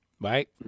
right